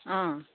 অঁ